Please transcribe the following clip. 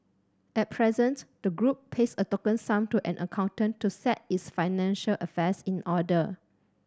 at present the group pays a token sum to an accountant to set its financial affairs in order